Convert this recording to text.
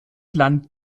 land